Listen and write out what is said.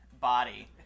body